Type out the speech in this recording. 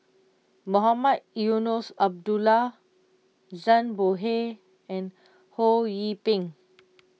Mohamed Eunos Abdullah Zhang Bohe and Ho Yee Ping